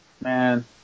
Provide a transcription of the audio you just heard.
Man